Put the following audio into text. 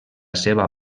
seva